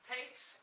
Takes